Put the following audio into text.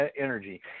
energy